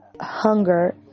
hunger